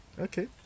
okay